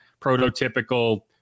prototypical